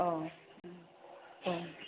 औ उम औ